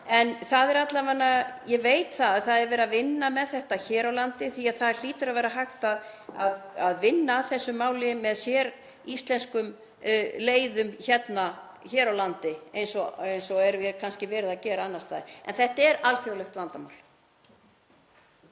ábyrgð og annað. En ég veit að það er verið að vinna með þetta hér á landi því að það hlýtur að vera hægt að vinna að þessu máli með séríslenskum leiðum hér á landi eins og er kannski verið að gera annars staðar. En þetta er alþjóðlegt vandamál.